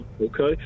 okay